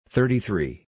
Thirty-three